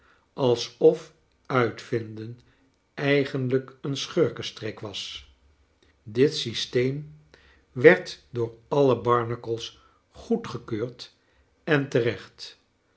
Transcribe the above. alsof uitvinden eigenlrjk een schurkenstreek was dit systeem werd charles dickens door alle barnacles goedgekeurd en terecht